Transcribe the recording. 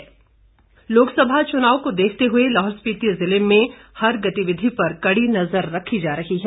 चुनाव लाहौल लोकसभा चुनाव को देखते हुए लाहौल स्पीति जिले में हर गतिविधि पर कड़ी नजर रखी जा रही है